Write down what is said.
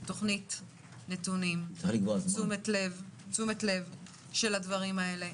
תוכנית נתונים, תשומת לב של הדברים האלה.